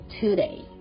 today